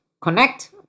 connect